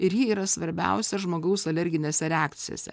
ir ji yra svarbiausias žmogaus alerginėse reakcijose